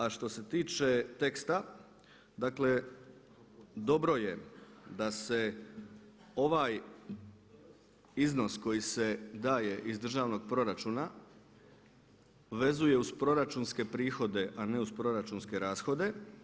A što se tiče teksta, dakle dobro je da se ovaj iznos koji se daje iz državnog proračuna vezuje uz proračunske prihode a ne uz proračunske rashode.